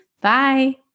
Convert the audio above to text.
Bye